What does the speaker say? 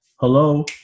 Hello